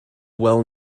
well